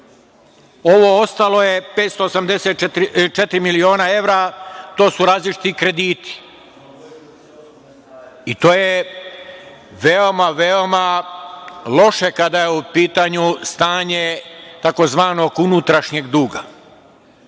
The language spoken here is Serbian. Ovo ostalo je 584 miliona evra, to su različiti krediti, i to je veoma, veoma loše kada je u pitanju stanje tzv. unutrašnjeg duga.